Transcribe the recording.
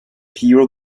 hero